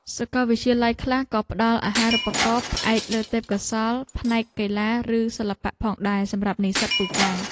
សាកលវិទ្យាល័យខ្លះក៏ផ្តល់អាហារូបករណ៍ផ្អែកលើទេពកោសល្យផ្នែកកីឡាឬសិល្បៈផងដែរសម្រាប់និស្សិតពូកែ។